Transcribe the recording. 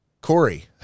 Corey